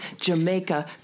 Jamaica